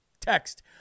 text